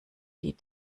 die